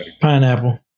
Pineapple